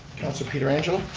councilor pietrangelo?